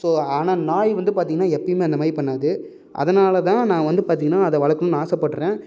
so ஆனால் நாய் வந்து பார்த்திங்கன்னா எப்போயுமே அந்தமாதிரி பண்ணாது அதுனால்தான் நான் வந்து பார்த்திங்கன்னா அதை வளர்க்கணும்னு ஆசைப்பட்றேன்